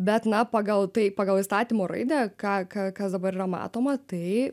bet na pagal tai pagal įstatymo raidę ką kas dabar yra matoma tai